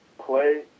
play